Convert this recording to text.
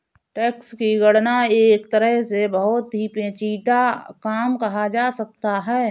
tax की गणना एक तरह से बहुत ही पेचीदा काम कहा जा सकता है